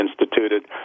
instituted